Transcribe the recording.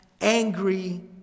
angry